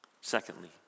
Secondly